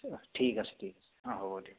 অঁ ঠিক আছে ঠিক আছে অঁ হ'ব দিয়ক